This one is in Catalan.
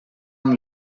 amb